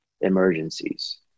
emergencies